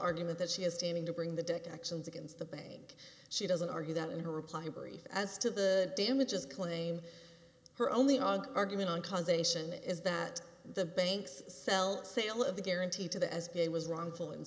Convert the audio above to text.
argument that she has standing to bring the deck actions against the bank she doesn't argue that in her reply brief as to the damages claim her only argument on causation is that the banks sell sale of the guarantee to the as it was wrongful in